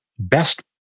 best